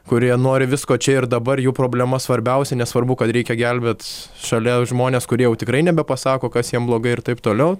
kurie nori visko čia ir dabar jų problema svarbiausia nesvarbu kad reikia gelbėt šalia žmones kurie jau tikrai nebepasako kas jiem blogai ir taip toliau